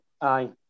Aye